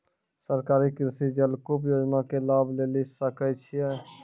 सरकारी कृषि जलकूप योजना के लाभ लेली सकै छिए?